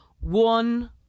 one